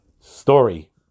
Story